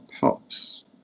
pops